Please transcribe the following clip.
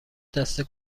دسته